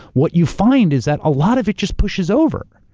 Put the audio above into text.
what you find is that a lot of it just pushes over.